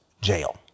jail